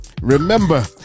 Remember